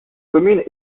commune